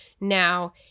Now